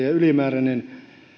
ja ylimääräinen voitaisiin